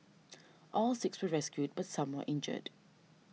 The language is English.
all six were rescued but some were injured